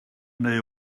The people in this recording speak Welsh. neu